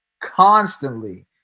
Constantly